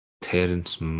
Terence